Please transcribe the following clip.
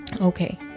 okay